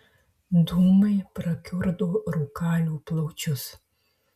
dūmai prakiurdo rūkalių plaučius